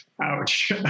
Ouch